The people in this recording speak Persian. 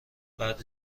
بعد